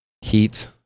heat